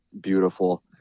beautiful